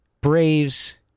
Braves